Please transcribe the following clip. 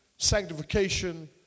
sanctification